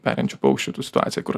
perinčių paukščių tų situaciją kur